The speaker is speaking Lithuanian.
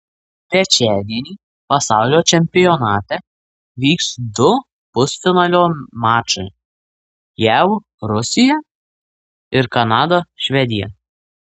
trečiadienį pasaulio čempionate vyks du pusfinalio mačai jav rusija ir kanada švedija